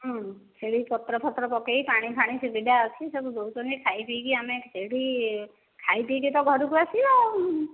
ସେଇଠି ପତ୍ରଫତ୍ର ପକେଇ ପାଣିଫାଣି ସୁବିଧା ଅଛି ସବୁ ଦେଉଛନ୍ତି ଖାଇ ପିଇକି ସେଇଠି ଆମେ ଖାଇ ପିଇକି ତ ଘରକୁ ଆସିବା ଆଉ